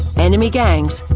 enemy gangs,